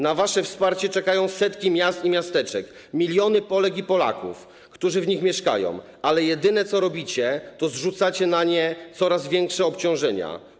Na wasze wsparcie czekają setki miast i miasteczek, miliony Polek i Polaków, którzy w nich mieszkają, ale jedyne, co robicie, to zrzucacie na nich coraz większe obciążenia.